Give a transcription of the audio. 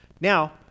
Now